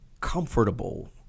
comfortable